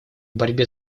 борьбе